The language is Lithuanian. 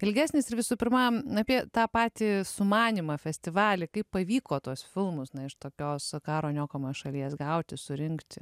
ilgesnis ir visų pirma apie tą patį sumanymą festivalį kaip pavyko tuos filmus iš tokios karo niokojamos šalies gauti surinkti